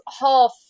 half